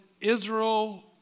Israel